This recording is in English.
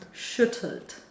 Schüttelt